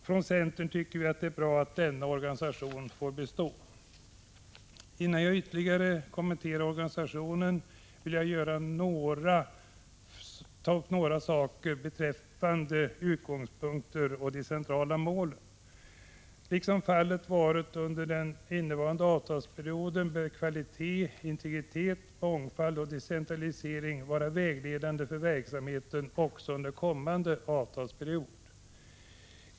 Vi i centern tycker att det är bra att denna organisation får bestå. Innan jag ytterligare kommenterar organisationen vill jag ta upp några saker beträffande utgångspunkter och de centrala målen. Liksom fallet varit under den innevarande avtalsperioden bör kvalitet, integritet, mångfald och decentralisering vara vägledande för verksamheten också under den kommande avtalsperioden.